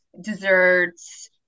desserts